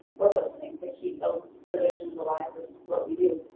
for those things to keep those traditions alive. it's what we do.